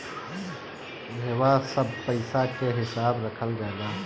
इहवा सब पईसा के हिसाब रखल जाला